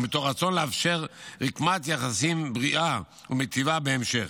ומתוך רצון לאפשר רקמת יחסים בריאה ומיטיבה בהמשך.